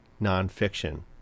nonfiction